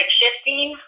shifting